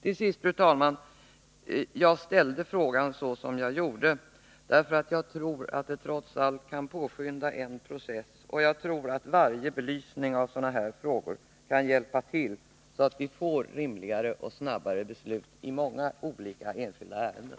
Till sist, fru talman! Jag ställde frågan såsom jag gjorde därför att jag tror att det trots allt kan påskynda en process. Jag tror att varje belysning av sådana här frågor kan hjälpa till så att vi får rimligare och snabbare beslut i många enskilda ärenden.